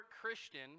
Christian